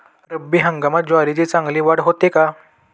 रब्बी हंगामात ज्वारीची चांगली वाढ होते का?